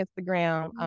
Instagram